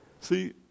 See